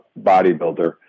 bodybuilder